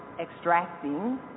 extracting